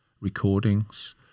recordings